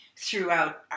throughout